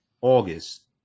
August